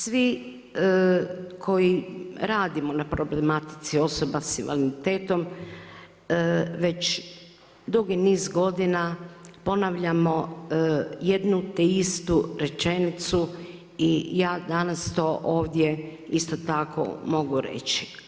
Svi koji radimo na problematici osoba sa invaliditetom već dugi niz godina ponavljamo jedno te istu rečenicu i ja danas to ovdje isto tako mogu reći.